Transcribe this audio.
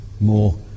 more